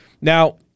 Now